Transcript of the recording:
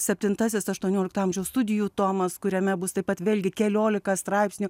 septintasis aštuoniolikto amžiaus studijų tomas kuriame bus taip pat vėlgi keliolika straipsnių